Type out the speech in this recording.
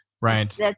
Right